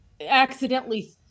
accidentally